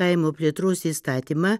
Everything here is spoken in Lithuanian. kaimo plėtros įstatymą